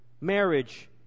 marriage